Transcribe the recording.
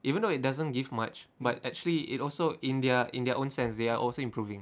even though it doesn't give much but actually it also in their in their own sense they are also improving